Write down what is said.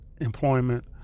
employment